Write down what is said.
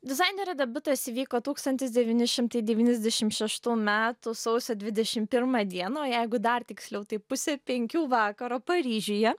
dizainerio debiutas įvyko tūkstantis devyni šimtai devyniasdešim šeštų metų sausio dvidešim pirmą dieną o jeigu dar tiksliau tai pusę penkių vakaro paryžiuje